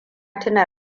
tuna